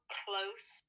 close